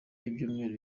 y’ibyumweru